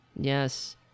Yes